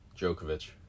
Djokovic